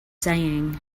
saying